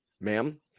Ma'am